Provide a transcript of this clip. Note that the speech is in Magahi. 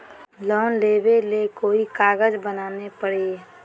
लोन लेबे ले कोई कागज बनाने परी?